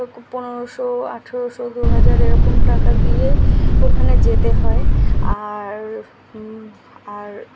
ওরকম পনেরোশো আঠেরোশো দু হাজার এরকম টাকা দিয়েই ওখানে যেতে হয় আর আর